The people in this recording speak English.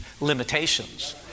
limitations